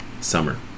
summer